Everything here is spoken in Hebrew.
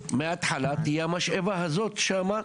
שמתחילת הבנייה המשאבה הזאת כבר תהיה שם,